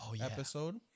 episode